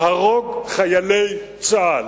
להרוג חיילי צה"ל.